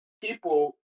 people